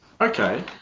Okay